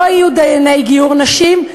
לא יהיו דייני גיור נשים,